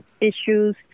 issues